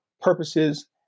purposes